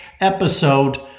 episode